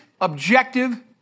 objective